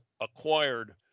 acquired